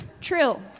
True